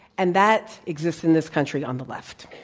and that exists in this country on the left.